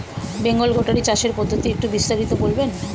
Bengal goatery চাষের পদ্ধতি একটু বিস্তারিত বলবেন?